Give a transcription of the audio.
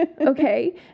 Okay